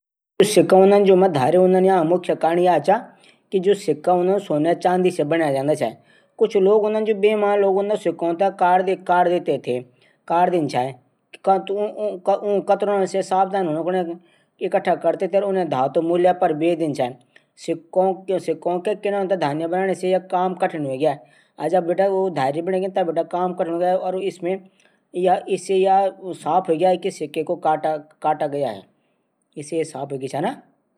Light bulb जब light bulb थै लैट बिजली पहुचांदू त फिलांमेंट बिजली आपूर्ति करदूह गैसलाइट बल्ब मा एक गैस भरी हूंदी जू फिरामेंट थै जलने से बचांदी।